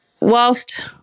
whilst